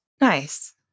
Nice